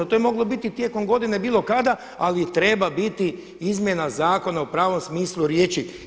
To je moglo biti tijekom godine bilo kada, ali treba biti izmjena zakona u pravom smislu riječi.